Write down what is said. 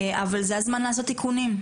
אבל זה הזמן לעשות תיקונים.